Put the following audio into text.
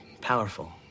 powerful